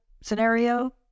scenario